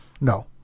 no